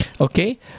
okay